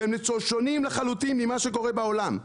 והם שונים לחלוטין ממה שקורה בעולם.